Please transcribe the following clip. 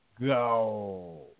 go